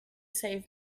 save